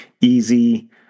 easy